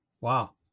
Wow